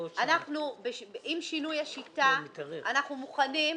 עם שינוי השיטה אנחנו מוכנים,